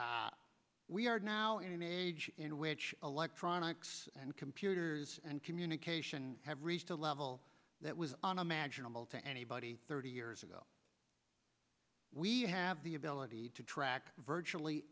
we are now in an age in which electronics and computers and communication have reached a level that was unimaginable to anybody thirty years ago we have the ability to track virtually